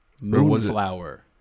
Moonflower